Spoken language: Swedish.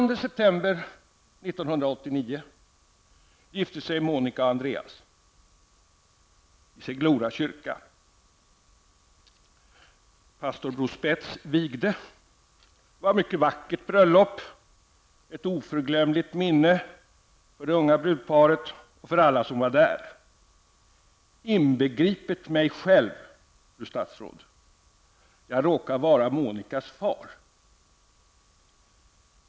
Det var ett mycket vackert bröllop, ett oförglömligt minne för det unga brudparet och för alla som var där, inbegripet mig själv, fru statsråd. Jag råkar vara Monikas far.